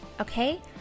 okay